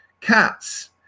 cats